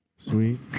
sweet